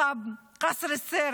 מקסר א-סיר,